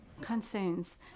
concerns